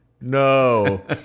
No